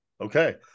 Okay